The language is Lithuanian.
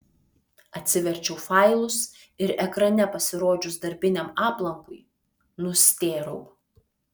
atsiverčiau failus ir ekrane pasirodžius darbiniam aplankui nustėrau